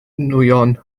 nwyon